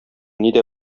нидә